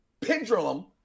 pendulum